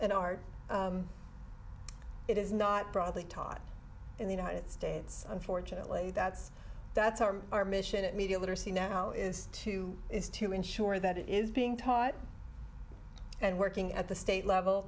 in art it is not broadly taught in the united states unfortunately that's that's our our mission at media literacy now is to is to ensure that it is being taught and working at the state level